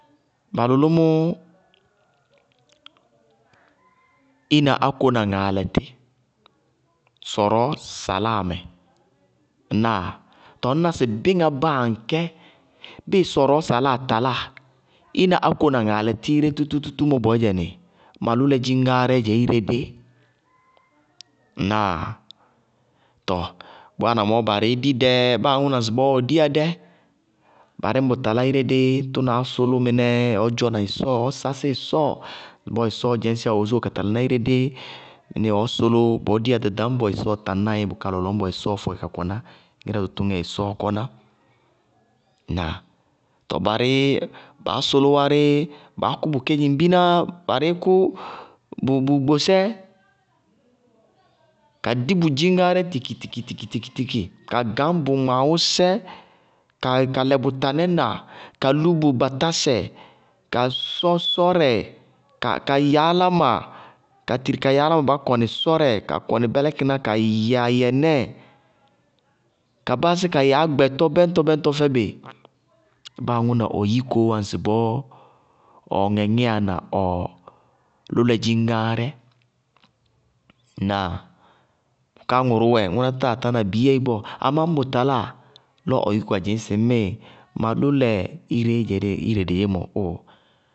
Ba lʋlʋ mʋ, ina áko na ŋaalɛ tí sɔrɔɔ saláa mɛ. Ŋnáa? Tɔɔ ŋñná sɩ bíŋá báa aŋkɛ, bíɩ sɔrɔɔ saláa taláa, ina áko na ŋaalɛ tí tútútútú mɔ bɔɔyɛnɩ, ma lʋlɛ dziŋgáárɛ dzɛ ire dí. Ŋnáa? Tɔɔ bʋ wáana mɔɔ barɩí dí dɛɛ báa aŋʋ na ŋsɩbɔɔ ɔɔ diyá dɛ. Barɩ ñŋ ba bʋ talá ire dí tʋnaá sʋlʋ mɩnɛɛ, ɔɔ dzɔna ɩsɔɔ ɔɔ sasí ɩsɔɔ, ŋsɩbɔɔ ɩsɔɔɔ dzɛñsíya ɔ wosóo ka tala ná ire dí mɩnɩɩ ɔɔ sʋlʋ bɔɔ diyá ɖaɖañbɔ ɩsɔɔɔ taŋná ɩ, bʋká lɔlɔñbɔ ɩsɔɔɔ fɔkɩ ka kɔná, ŋírɛtʋtʋgɛ ɩsɔɔɔ kɔná, ŋnáa? Tɔɔ barɩɩ baá sʋlʋ wárɩ, baá kʋ bʋ kedzimbinaá, barɩí kʋ bʋʋgbosɛ ka di bʋ dziñŋáárɛ fikifikifiki ka gañ bʋ gmaawʋsɛ, ka lɛ bʋ tanɛna, ka lú bʋ batásɛ, ka sɔ sɔrɛ, ka ya áláma, ka tiri ka ya áláma bá kɔnɩ sɔrɛ ka kɔnɩ bɛlɛkɩná ka yɛ ayɛnɛɛ, ka báásí ka yɛ ágbɛtɔ bɛñtɔ-bɛñtɔ-bɛñtɔ fɛ bɩ. Báa aŋʋ na ʋ yikoó ŋsɩbɔɔ ɔɔ ŋɛŋíyá na ɔ lʋlɛ dziŋgáárɛ. Ŋnáa? Bʋká ŋʋrʋ wɛ, ŋʋná tátáa tá na biyéi bɔɔ. Amá ñŋ bʋ taláa, lɔ yúku ka dzɩŋ sɩ ma lɔlɛ ireé dzɛ ire dedzémɔ oh!